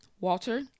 Walter